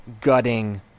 gutting